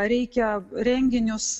reikia renginius